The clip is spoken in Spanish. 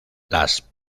las